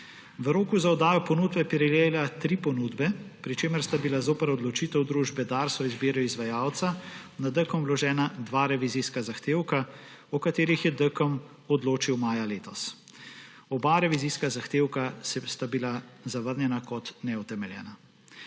V roku za oddajo ponudb je prejela tri ponudbe, pri čemer sta bila zoper odločitev družbe Dars o izbiri izvajalca na DKOM vložena dva revizijska zahtevka, o katerih je DKOM odločil maja letos. Oba revizijska zahtevka sta bila zavrnjena kot neutemeljena.